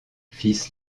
fils